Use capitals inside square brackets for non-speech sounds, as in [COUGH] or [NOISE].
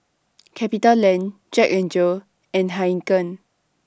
[NOISE] CapitaLand Jack N Jill and Heinekein